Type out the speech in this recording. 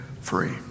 free